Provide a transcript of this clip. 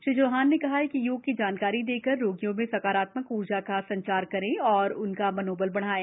श्री चौहान के कहा कि योग की जानकारी देकर रोगियों में सकारात्मक ऊर्जा का संचार करें और उनका मनोबल बढ़ायें